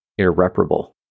irreparable